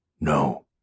No